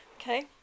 Okay